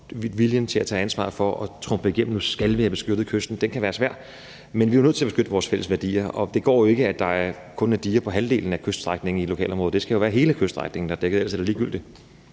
viljen til at tage ansvar for at trumfe igennem, at nu skal vi have beskyttet kysten, kan være svær. Men vi er jo nødt til at beskytte vores fælles værdier, og det går ikke, at der kun er diger på halvdelen af kyststrækningen i et lokalområde. Det skal jo være hele kyststrækningen, der er dækket, ellers er det ligegyldigt.